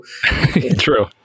True